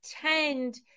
tend